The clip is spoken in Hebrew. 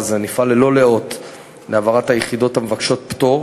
יזמות טכנולוגית ופיתוח תעשייה עתירת ידע